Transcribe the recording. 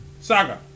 Saga